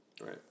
Right